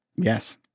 Yes